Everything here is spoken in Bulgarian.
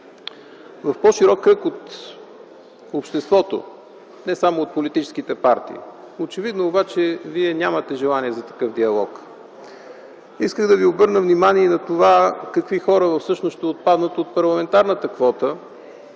от по-широк кръг от обществото, не само от политическите партии. Очевидно обаче нямате желание за такъв диалог. Искам да ви обърна внимание върху това какви хора ще отпаднат от парламентарната квота